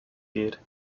geht